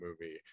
movie